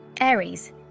Aries